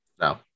no